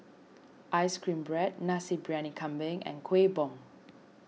Ice Cream Bread Nasi Briyani Kambing and Kuih Bom